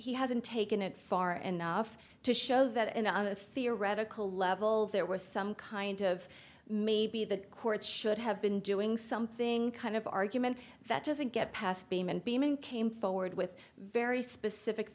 he hasn't taken it far enough to show that in a theoretical level there was some kind of maybe the courts should have been doing something kind of argument that doesn't get passed beam and beaming came forward with very specific